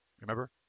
Remember